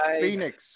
Phoenix